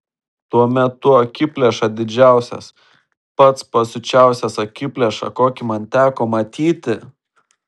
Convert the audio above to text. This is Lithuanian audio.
tuomet tu akiplėša didžiausias pats pasiučiausias akiplėša kokį man teko matyti